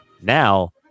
Now